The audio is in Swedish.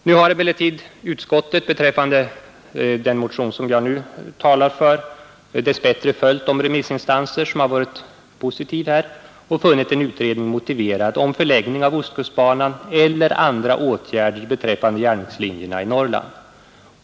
Nu har emellertid utskottet beträffande den motion som jag talade för dess bättre följt de remissinstanser som varit positiva och funnit en utredning motiverad om förlängning av ostkustbanan eller andra åtgärder beträffande järnvägslinjerna i Norrland.